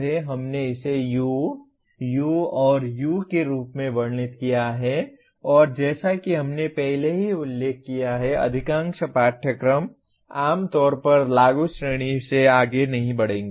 हमने इसे U U और U के रूप में वर्णित किया है और जैसा कि हमने पहले ही उल्लेख किया है अधिकांश पाठ्यक्रम आमतौर पर लागू श्रेणी से आगे नहीं बढ़ेंगे